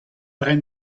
raen